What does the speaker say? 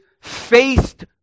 faced